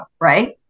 right